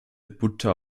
butter